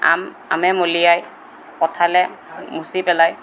আম আমে মলিয়ায় কঠালে মুচি পেলায়